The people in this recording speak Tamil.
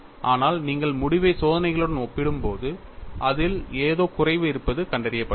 ஆனால் நீங்கள் முடிவை சோதனைகளுடன் ஒப்பிடும்போது அதில் ஏதோ குறைவு இருப்பது கண்டறியப்பட்டது